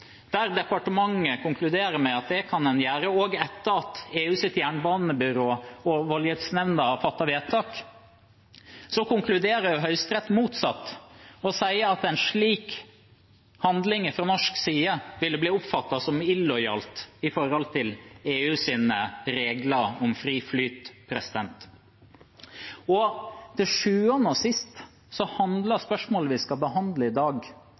der departementet konkluderer med at det kan man gjøre også etter at EUs jernbanebyrå og voldgiftsnemnda har fattet vedtak, konkluderer Høyesterett motsatt og sier at en slik handling fra norsk side ville bli oppfattet som illojalt overfor EUs regler om fri flyt. Til sjuende og sist handler spørsmålet vi skal behandle i dag,